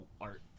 art